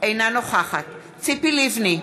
אינה נוכחת ציפי לבני,